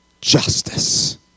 justice